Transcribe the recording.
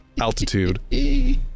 altitude